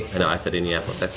know, i said indianapolis. i threw